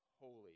Holy